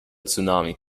tsunami